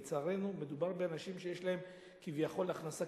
לצערנו מדובר באנשים שיש להם כביכול הכנסה